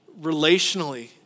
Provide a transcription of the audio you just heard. relationally